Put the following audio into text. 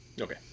Okay